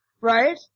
Right